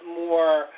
more